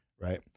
right